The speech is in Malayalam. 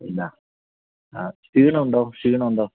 ഇല്ല ആ ക്ഷീണം ഉണ്ടോ ക്ഷീണം ഉണ്ടോ